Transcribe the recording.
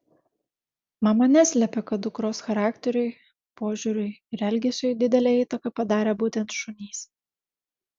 mama neslepia kad dukros charakteriui požiūriui ir elgesiui didelę įtaką padarė būtent šunys